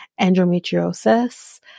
endometriosis